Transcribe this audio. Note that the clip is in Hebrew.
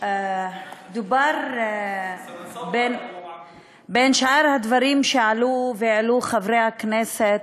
דובר בין שאר הדברים שעלו והעלו חברי הכנסת,